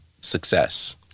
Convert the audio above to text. success